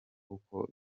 uko